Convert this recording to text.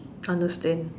understand